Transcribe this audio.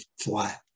flat